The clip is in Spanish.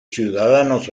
ciudadanos